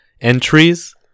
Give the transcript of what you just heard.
entries